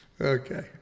Okay